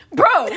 bro